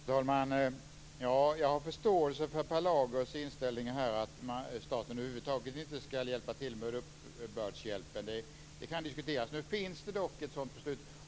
Fru talman! Jag har förståelse för Per Lagers inställning att staten över huvud taget inte ska ge någon uppbördshjälp. Det kan diskuteras. Nu finns dock ett sådant beslut.